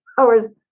hours